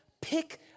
Pick